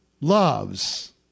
loves